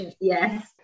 Yes